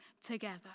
together